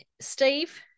Steve